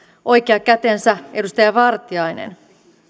oikea kätensä edustaja vartiainen